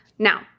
Now